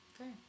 Okay